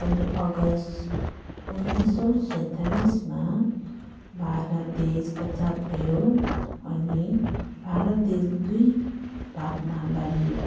पन्ध्र अगस्ट उन्नाइस सौ सैँतालिसमा भारत देश आजाद भयो भारत देश दुई भागमा बाँडियो